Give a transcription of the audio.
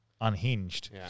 Unhinged